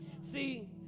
See